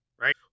right